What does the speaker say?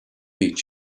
meet